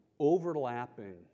overlapping